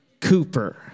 Cooper